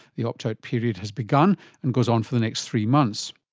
the opt-out period has begun and goes on for the next three months.